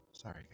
Sorry